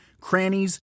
crannies